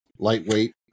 lightweight